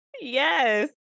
yes